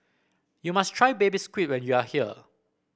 you must try Baby Squid when you are here